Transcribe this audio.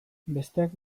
besteak